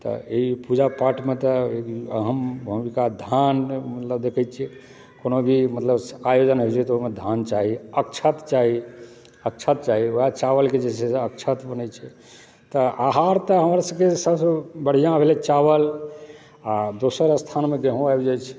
तऽ ई पूजा पाठमे तऽ ई हम एम्हरका धान देखैत छियै कि कोनो भी मतलब आयोजन होइत छै तऽ ओहिमे धान चाही अक्षत चाही अक्षत चाही उएह चावलके जे छै से अक्षत बनैत छै तऽ आहार तऽ हमरा सभके सभसँ बढ़िआँ भेलै चावल आ दोसर स्थानमे गहूँँम आबि जाइत छै